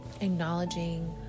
Acknowledging